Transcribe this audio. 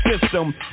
system